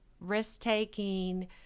risk-taking